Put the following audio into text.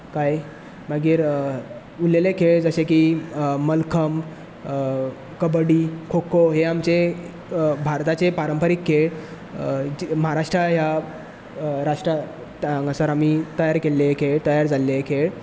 कांय मागीर उरलेले खेळ जशें की मलकम कबड्डी खो खो हे आमचे भारताचे पारंपारीक खेळ महाराष्ट्रा ह्या राष्ट्रांत हांगासर आमी तयार केल्ले हे खेळ तयार जाल्ले हे खेळ